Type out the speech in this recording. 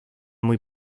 muy